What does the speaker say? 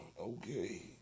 okay